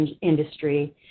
industry